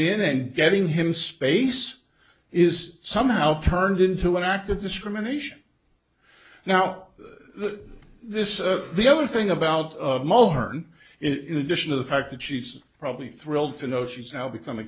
in and getting him space is somehow turned into an act of discrimination now this the other thing about mulhern in addition to the fact that she's probably thrilled to know she's now become a